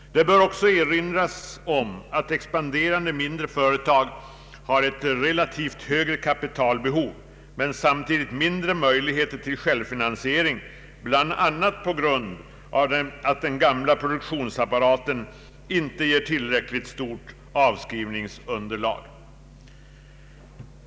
Det bör också erinras om att expanderande mindre företag bar ett relativt högre kapitalbehov men samtidigt mindre möjligheter till självfinansiering, bl.a. på grund av att den gamla produktionsapparaten inte ger tillräckligt stort avskrivningsunderlag.